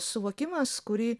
suvokimas kurį